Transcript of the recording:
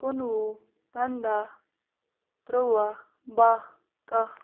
کُنہٕ وُہ پَنداہ تُرٛواہ بَہہ کَہہ